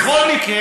בכל מקרה,